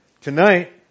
tonight